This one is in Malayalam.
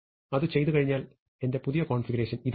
അത് ചെയ്തുകഴിഞ്ഞാൽ എന്റെ പുതിയ കോൺഫിഗറേഷൻ ഇതാണ്